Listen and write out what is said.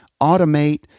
automate